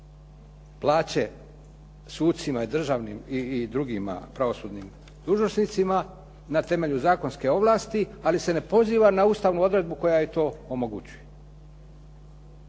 plaće sucima i drugima pravosudnim dužnosnicima na temelju zakonske ovlasti ali se ne poziva na ustavnu odredbu koja joj to omogućuje.